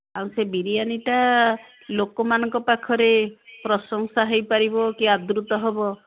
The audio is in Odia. ଆଉ ସେ ବିରିୟାନିଟା ଲୋକମାନଙ୍କ ପାଖରେ ପ୍ରଶଂସା ହୋଇପାରିବ କି ଆଦୃତ ହେବ